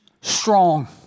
strong